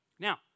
Now